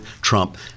Trump